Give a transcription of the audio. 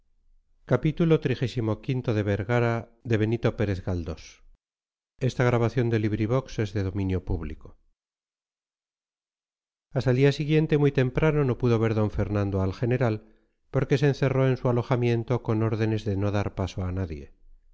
del humo hasta el día siguiente muy temprano no pudo ver d fernando al general porque se encerró en su alojamiento con órdenes de no dar paso a nadie